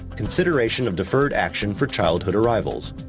consideration of deferred action for childhood arrivals,